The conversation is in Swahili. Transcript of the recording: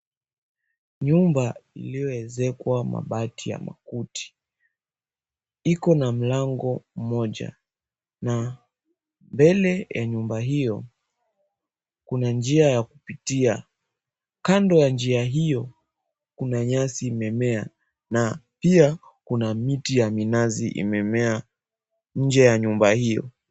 Nyumba ilioezekwa mabati ya makuti iko na mlango mmoja na mbele ya nyumba hio kuna njia ya kupitia. Kando ya njia hio kuna nyasi imemea na pia kuna miti ya minazi imemea nje ya nyumba hio.